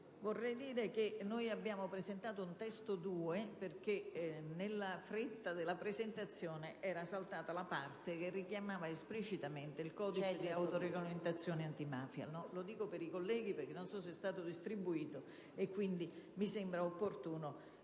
Presidente, abbiamo presentato un testo 2 perché nella fretta della presentazione era saltata la parte che richiamava esplicitamente il codice di autoregolamentazione antimafia. Lo dico per i colleghi, perché non so se il testo è stato distribuito e quindi mi sembrava opportuno